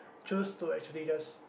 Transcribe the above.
choose to actually just